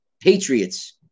patriots